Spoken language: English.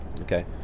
okay